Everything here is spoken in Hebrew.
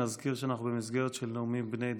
נזכיר שאנחנו במסגרת של נאומים בני דקה.